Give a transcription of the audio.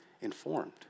Informed